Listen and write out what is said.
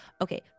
Okay